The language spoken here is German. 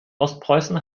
ostpreußen